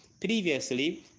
Previously